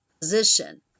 position